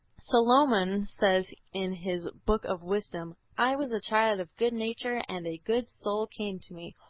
solomon says in his book of wisdom i was a child of good nature and a good soul came to me,